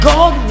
God